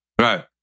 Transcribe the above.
right